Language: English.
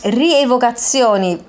rievocazioni